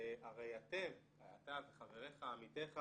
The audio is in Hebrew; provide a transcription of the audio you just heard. הרי אתם אתה וחבריך, עמיתיך